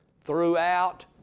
throughout